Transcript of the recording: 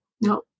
no